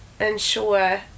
ensure